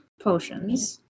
potions